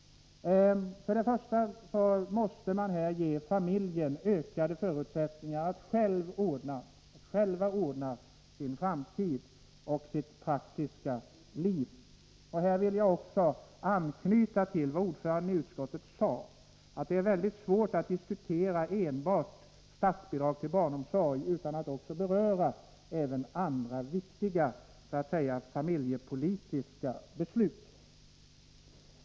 Först och främst måste man ge familjen ökade förutsättningar att själv ordna sin framtid och sitt praktiska liv. I detta sammanhang vill jag anknyta till vad utskottets ordförande sade, nämligen att det är mycket svårt att diskutera enbart statsbidrag till barnomsorg utan att beröra även andra viktiga familjepolitiska beslut.